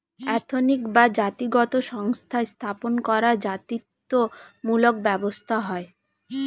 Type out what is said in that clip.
ethnic বা জাতিগত সংস্থা স্থাপন করা জাতিত্ব মূলক ব্যবসা হয়